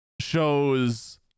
shows